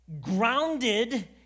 grounded